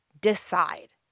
decide